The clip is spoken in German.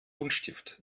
buntstift